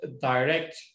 direct